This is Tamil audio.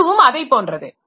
இதுவும் அதைப் போன்றதே